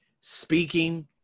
speaking